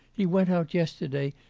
he went out yesterday,